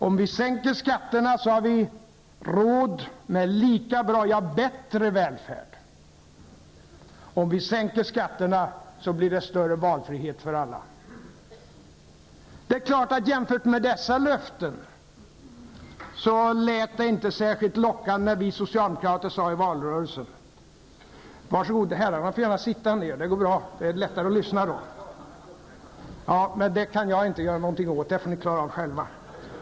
Om vi sänker skatterna, så har vi råd med lika bra -- ja, bättre -- välfärd. Om vi sänker skatterna, så blir det större valfrihet för alla. Det är klart att jämfört med dessa löften lät det inte särskilt lockande när vi socialdemokrater sade i valrörelsen ... Var så god, herrarna får gärna sitta ned! Det går bra. Det är lättare att lyssna då. Jag kan inte göra någonting åt att ni inte kan påkalla talmannens uppmärksamhet. Det får ni klara av själva.